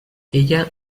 ella